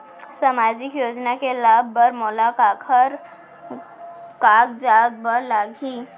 सामाजिक योजना के लाभ बर मोला काखर कागजात बर लागही?